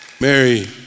Mary